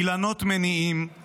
אילנות מניעים /